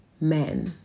men